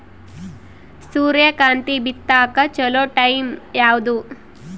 ಸೂರ್ಯಕಾಂತಿ ಬಿತ್ತಕ ಚೋಲೊ ಟೈಂ ಯಾವುದು?